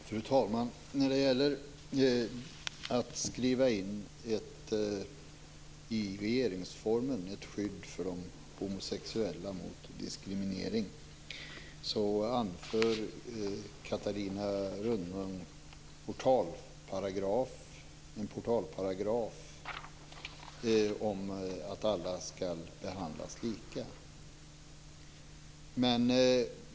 Fru talman! När det gäller att skriva in ett skydd mot diskriminering för de homosexuella i regeringsformen anför Catarina Rönnung en portalparagraf om att alla skall behandlas lika.